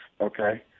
okay